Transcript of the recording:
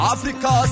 Africa